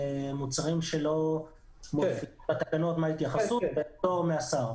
מוצרים שלא מופיעים בתקנות וגם לגבי הפטור מהשר.